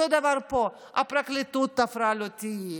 אותו דבר פה: הפרקליטות תפרה לו תיק,